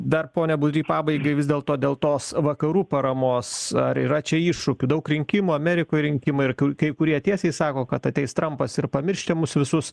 dar pone budry pabaigai vis dėlto dėl tos vakarų paramos ar yra čia iššūkių daug rinkimų amerikoj rinkimai ir kui kai kurie tiesiai sako kad ateis trampas ir pamirš čia mus visus